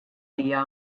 hija